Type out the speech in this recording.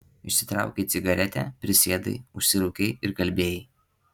išsitraukei cigaretę prisėdai užsirūkei ir kalbėjai